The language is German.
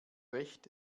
recht